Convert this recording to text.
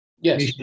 Yes